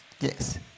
Yes